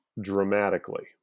dramatically